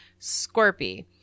Scorpy